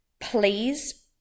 Please